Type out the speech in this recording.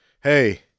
hey